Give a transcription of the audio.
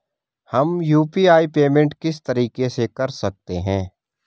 हम UPI payment किस तरीके से कर सकते हैं?